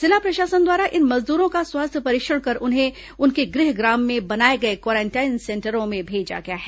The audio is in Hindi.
जिला प्रशासन द्वारा इन मजदूरों का स्वास्थ्य परीक्षण कर उन्हें उनके गृह ग्राम में बनाए गए क्वारंटीन सेंटरों में भेजा गया है